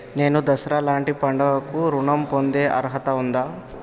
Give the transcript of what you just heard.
నేను దసరా లాంటి పండుగ కు ఋణం పొందే అర్హత ఉందా?